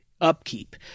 upkeep